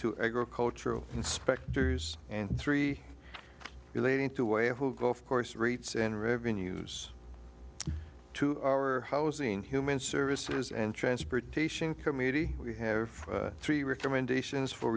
to agricultural inspectors and three relating to a whole golf course rates and revenues to our housing human services and transportation committee we have three recommendations for